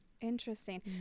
Interesting